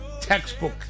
textbook